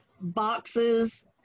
boxes